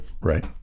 right